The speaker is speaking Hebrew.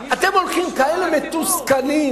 אתם הולכים כאלה מתוסכלים.